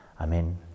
Amen